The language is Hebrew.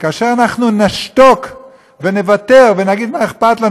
וכאשר אנחנו נשתוק ונוותר ונגיד: מה אכפת לנו?